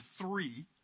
three